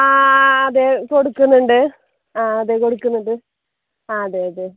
ആ അതെ കൊടുക്കുന്നുണ്ട് ആ അതെ കൊടുക്കുന്നുണ്ട് ആ അതെ അതെ